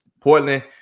Portland